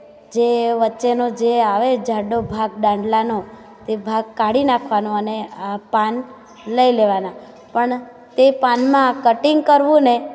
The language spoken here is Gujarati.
જે વચ્ચેનો જે આવે જાડો ભાગ ડાંડલાનો તે ભાગ કાઢી નાંખવાનો અને આ પાન લઈ લેવાના તે પાનમાં કટીંગ કરવું ને